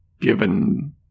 Given